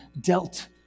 dealt